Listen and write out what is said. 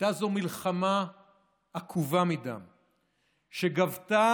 הייתה זו מלחמה עקובה מדם שגבתה,